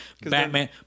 Batman